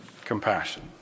Compassion